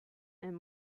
and